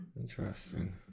Interesting